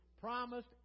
promised